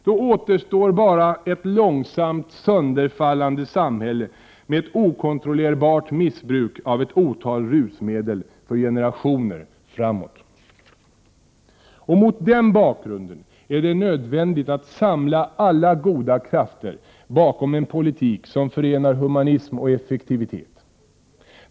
Då återstår bara ett långsamt sönderfallande samhälle med ett okontrollerbart missbruk av ett otal rusmedel för generationer framåt. Mot den bakgrunden är det nödvändigt att samla alla goda krafter bakom en politik som förenar humanism och effektivitet.